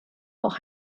auch